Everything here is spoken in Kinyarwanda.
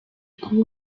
kuba